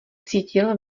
cítil